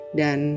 dan